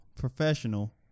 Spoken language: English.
Professional